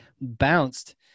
bounced